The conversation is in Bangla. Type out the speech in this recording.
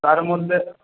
তার মধ্যে